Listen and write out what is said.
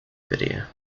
video